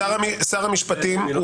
שר המשפטים הוא